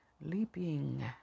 leaping